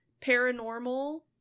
paranormal